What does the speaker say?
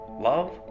love